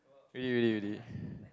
really really really